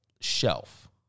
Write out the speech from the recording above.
shelf